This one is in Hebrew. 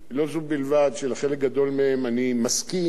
לא זו בלבד שלחלק גדול מהם אני מסכים,